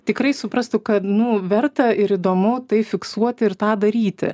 tikrai suprastų kad nu verta ir įdomu tai fiksuot ir tą daryti